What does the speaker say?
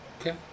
Okay